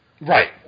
Right